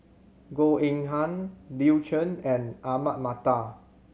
Goh Eng Han Bill Chen and Ahmad Mattar